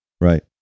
right